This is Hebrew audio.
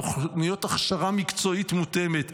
תוכניות הכשרה מקצועיות מותאמות,